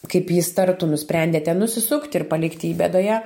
kaip jis tartų nusprendėte nusisukti ir palikti jį bėdoje